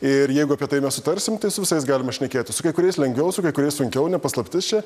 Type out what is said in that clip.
ir jeigu apie tai mes sutarsim su visais galima šnekėti su kai kuriais lengviau su kai kuriais sunkiau ne paslaptis čia